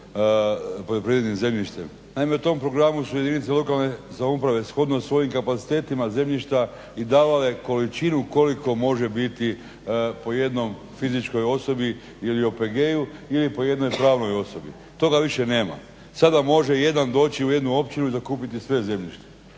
Naime, u tom programu su jedinice lokalne samouprave shodno svojim kapacitetima zemljišta i davale količinu koliko može biti po jednoj fizičkoj osobi ili OPG-u ili po jednoj pravnoj osobi. Toga više nema. Sada može jedan doći u jednu općinu i zakupiti sve zemljište